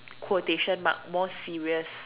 quotation mark more serious